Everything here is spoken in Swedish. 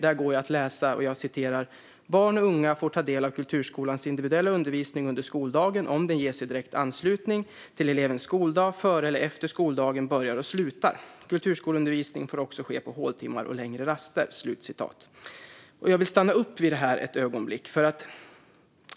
Där går det att läsa: "Barn och unga får ta del av kulturskolans individuella undervisning under skoldagen om den ges i direkt anslutning till elevens skoldag, före eller efter skoldagen börjar och slutar. Kulturskoleundervisningen får också ske på håltimmar och längre raster." Jag vill stanna upp vid detta ett ögonblick.